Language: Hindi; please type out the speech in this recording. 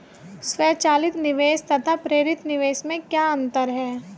स्वचालित निवेश तथा प्रेरित निवेश में क्या अंतर है?